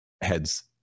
heads